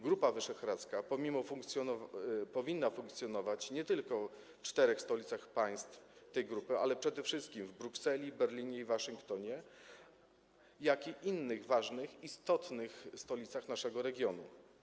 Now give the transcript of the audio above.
Grupa Wyszehradzka powinna funkcjonować nie tylko w czterech stolicach państw tej grupy, ale przede wszystkim w Brukseli, Berlinie i Waszyngtonie, jak również innych ważnych, istotnych stolicach naszego regionu.